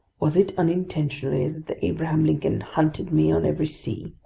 was it unintentionally that the abraham lincoln hunted me on every sea?